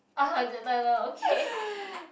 [uh huh] okay